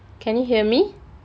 can you hear me